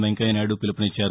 వెంకయ్య నాయుడు పిలుపునిచ్చారు